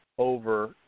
over